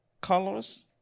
colors